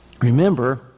Remember